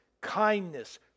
kindness